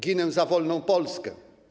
Ginę za wolną Polskę.